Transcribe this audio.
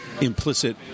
implicit